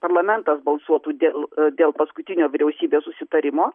parlamentas balsuotų dėl dėl paskutinio vyriausybės susitarimo